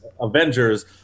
Avengers